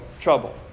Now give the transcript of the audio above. trouble